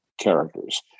Characters